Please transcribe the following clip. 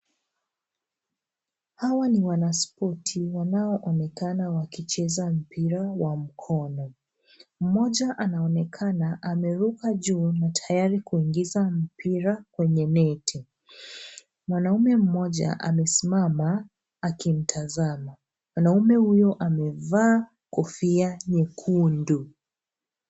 Hawa ni wanaspoti wanaoonekana wakicheza mpira wa mkono. Mmoja anaonekana ameruka juu na tayari kuingiza mpira kwenye neti. Mwanaume mmoja amesimama akimtazama. Mwanaume huyo amevaa kofia nyekundu.